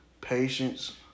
patience